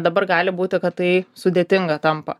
dabar gali būti kad tai sudėtinga tampa